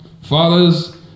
fathers